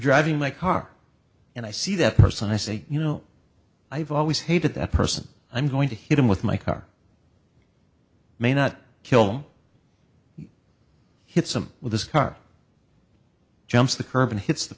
driving my car and i see that person i say you know i've always hated that person i'm going to hit him with my car may not kill you hit some with this car jumps the curb and hits the